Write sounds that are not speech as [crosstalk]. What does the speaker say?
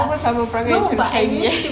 kau pun sama perangai macam [noise] eh